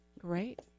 Great